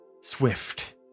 swift